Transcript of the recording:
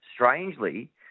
strangely